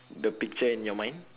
the picture in your mind